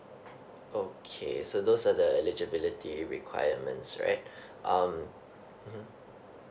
okay so are the eligibility requirements right um mmhmm